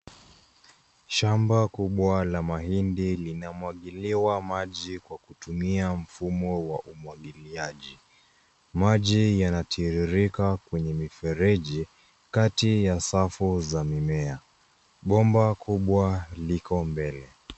Shamba kubwa la mahindi linamwagiliwa maji kutumia mfumo wa umwagiliaji. Maji yanatiririka kwenye mifereji kati ya safu za mimea. Bomba kubwa liko mbele.